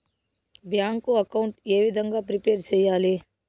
Bank account ఏ విధంగా prepare సెయ్యాలి?